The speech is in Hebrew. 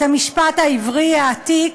את המשפט העברי העתיק.